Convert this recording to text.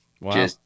Wow